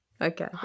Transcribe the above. Okay